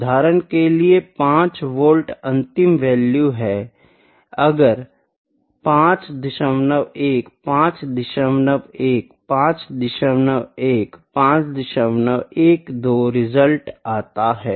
उदाहरण के लिए 5 वोल्ट अंतिम वैल्यू है अगर 51 51 51 512 के परिणाम आते है